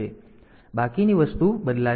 તેથી બાકીની વસ્તુ બદલાતી નથી